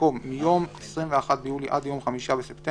במקום 'מיום 21 ביולי עד יום 5 בספטמבר'